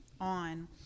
on